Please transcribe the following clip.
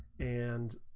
and